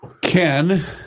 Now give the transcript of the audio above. Ken